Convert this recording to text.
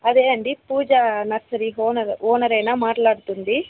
అదే అండి Pooja nursery owner ఓనరేనా మాట్లాడుతుంది